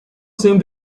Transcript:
seemed